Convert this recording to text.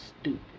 stupid